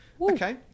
Okay